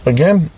Again